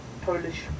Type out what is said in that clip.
Polish